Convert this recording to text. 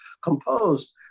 composed